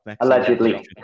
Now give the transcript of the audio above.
Allegedly